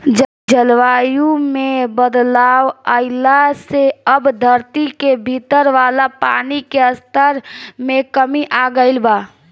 जलवायु में बदलाव आइला से अब धरती के भीतर वाला पानी के स्तर में कमी आ गईल बा